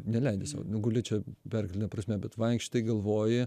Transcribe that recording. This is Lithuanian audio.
neleidi sau nu guli čia perkeltine prasme bet vaikštai galvoji